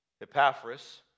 Epaphras